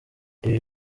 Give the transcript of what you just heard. ibi